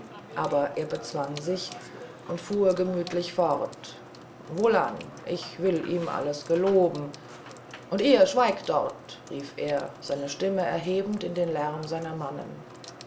aber er bezwang sich und fuhr gemütlich fort wohlan ich will ihm alles geloben und ihr schweigt dort rief er seine stimme erhebend in den lärm seiner mannen